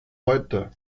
heute